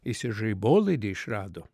jis ir žaibolaidį išrado